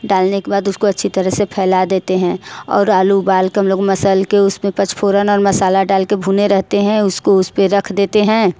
डालने के बाद उसको अच्छी तरह से फैला देते हैं और आलू उबाल कर हम लोग मसल कर उसमें पचफोरन और मसाला डाल कर भूने रहते हैं उसको उस पर रख देते हैं